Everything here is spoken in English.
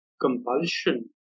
compulsion